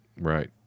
Right